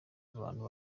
abantu